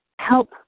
Help